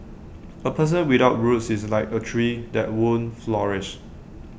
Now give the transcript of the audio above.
A person without roots is like A tree that won't flourish